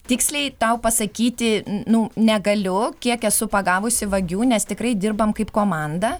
tiksliai tau pasakyti nu negaliu kiek esu pagavusi vagių nes tikrai dirbam kaip komanda